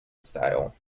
style